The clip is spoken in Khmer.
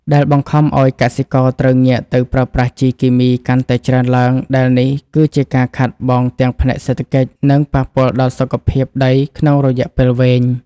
ដែលបង្ខំឱ្យកសិករត្រូវងាកទៅប្រើប្រាស់ជីគីមីកាន់តែច្រើនឡើង ដែលនេះគឺជាការខាតបង់ទាំងផ្នែកសេដ្ឋកិច្ច និងប៉ះពាល់ដល់សុខភាពដីក្នុងរយៈពេលវែង។